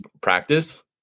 practice